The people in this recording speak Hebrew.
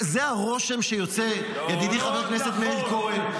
זה הרושם שיוצא, ידידי חבר הכנסת מאיר כהן.